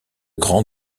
grand